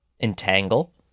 entangle